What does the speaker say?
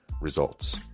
results